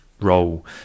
role